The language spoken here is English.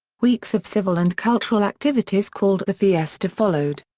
weeks of civil and cultural activities called the fiesta followed.